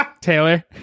Taylor